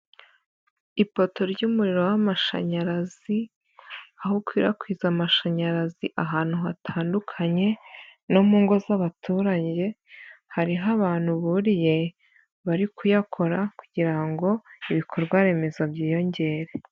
Ipoto ry'umuriro w'amashanyarazi, aho ukwirakwize amashanyarazi ahantu hatandukanye no mu ngo z'abaturage, hariho abantu buriye bari kuyakora kugira ngo ibikorwaremezo byiyongere.